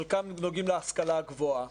חלקם נוגעים להשכלה הגבוהה,